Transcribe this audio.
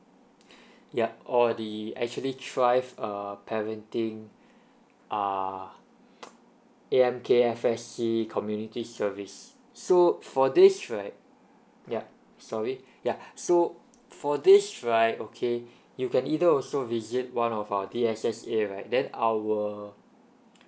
yup or the actually thrive uh parenting err A_M_K_F_S_C community service so for this right yup sorry yeah so for this right okay you can either also visit one of our D_S_S_A right then our